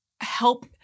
help